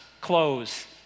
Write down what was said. clothes